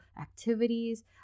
activities